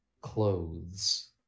clothes